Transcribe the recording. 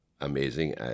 amazing